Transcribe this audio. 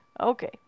Okay